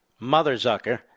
Motherzucker